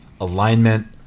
alignment